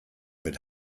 mit